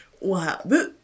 Wow